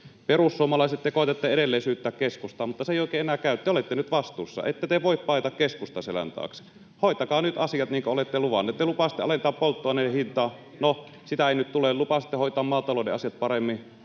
Perussuomalaiset, te koetatte edelleen syyttää keskustaa, mutta se ei oikein enää käy. Te olette nyt vastuussa. Ette te voi paeta keskustan selän taakse. Hoitakaa nyt asiat, niin kuin olette luvanneet. Te lupasitte alentaa polttoaineen hintaa — no, sitä ei nyt tule. Lupasitte hoitaa maatalouden asiat paremmin,